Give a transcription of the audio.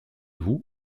vous